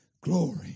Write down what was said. glory